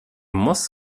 muss